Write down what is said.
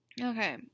Okay